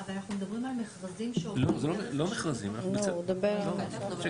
אבל אנחנו מדברים על מכרזים שעוברים דרך --- לא,